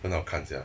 很好看 sia